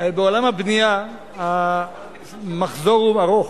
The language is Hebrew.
הרי בעולם הבנייה המחזור הוא ארוך,